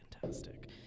fantastic